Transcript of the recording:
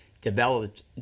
developed